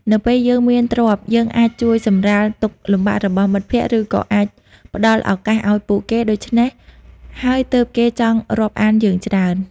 នៅពេលយើងមានទ្រព្យ យើងអាចជួយសម្រាលទុក្ខលំបាករបស់មិត្តភក្តិ ឬក៏អាចផ្តល់ឱកាសឱ្យពួកគេ ដូច្នេះហើយទើបគេចង់រាប់អានយើងច្រើន។